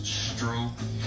stroke